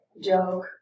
Joke